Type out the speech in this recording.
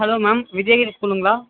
hello ma'am Vijayan ஸ்கூலுங்களா